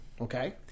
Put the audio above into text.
okay